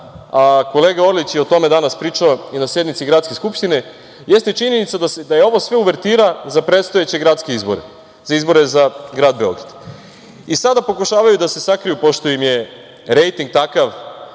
a kolega Orlić je o tome danas pričao i na sednici Gradske skupštine, jeste činjenica da je ovo sve uvertira za predstojeće gradske izbore, za izbore za grad Beograd. I sada pokušavaju da se sakriju, pošto im je rejting takav